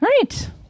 right